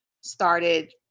started